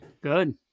Good